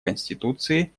конституции